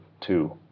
two